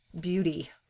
beauty